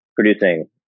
producing